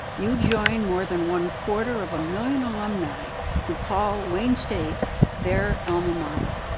you join more than one-quarter of a million alumni who call wayne state their alma mater.